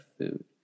food